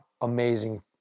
amazing